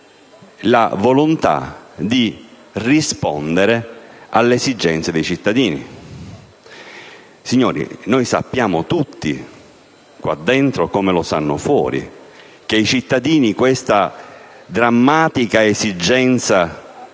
la volontà di rispondere alle esigenze dei cittadini. Signori, noi sappiamo tutti qua dentro, come lo sanno fuori, che i cittadini questa drammatica esigenza